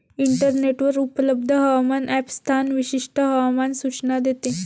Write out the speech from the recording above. इंटरनेटवर उपलब्ध हवामान ॲप स्थान विशिष्ट हवामान सूचना देते